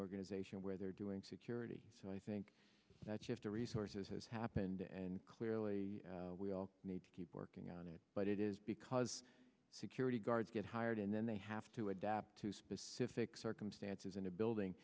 organization where they're doing security so i think that you have the resources has happened and clearly we all need to keep working on it but it is because security guards get hired and then they have to adapt to specific circumstances in a building